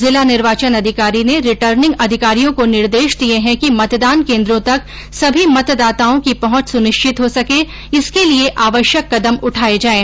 जिला निर्वाचन अधिकारी ने रिटर्निंग अधिकारियों को निर्देश दिये है कि मतदान केन्द्रों तक सभी मतदाताओं की पहुंच सुनिश्चित हो सके इसके लिये आवश्यक कदम उठाये जाये